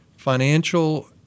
Financial